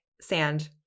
sand